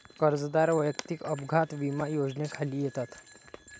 कर्जदार वैयक्तिक अपघात विमा योजनेखाली येतात